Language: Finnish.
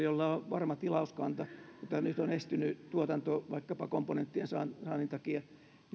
jolla on varma tilauskanta mutta jolla nyt on estynyt tuotanto vaikkapa komponenttien saannin takia